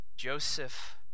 Joseph